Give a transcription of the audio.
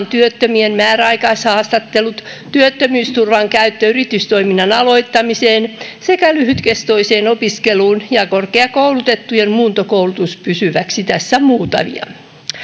työttömien määräaikaishaastattelut työttömyysturvan käyttö yritystoiminnan aloittamiseen sekä lyhytkestoiseen opiskeluun ja korkeakoulutettujen muuntokoulutus pysyväksi tässä muutamia